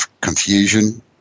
confusion